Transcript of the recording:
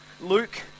Luke